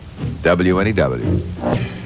WNEW